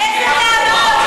איזה טענות?